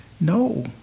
No